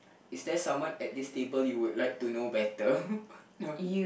is there someone at this table you would like to know better